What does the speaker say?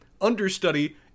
understudy